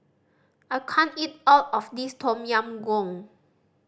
I can't eat all of this Tom Yam Goong